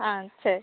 ஆ சரி